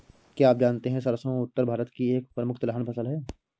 क्या आप जानते है सरसों उत्तर भारत की एक प्रमुख तिलहन फसल है?